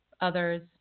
others